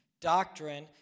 Doctrine